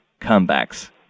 comebacks